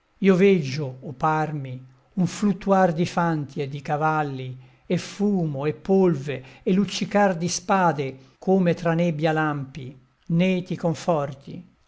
io veggio o parmi un fluttuar di fanti e di cavalli e fumo e polve e luccicar di spade come tra nebbia lampi né ti conforti